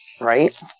Right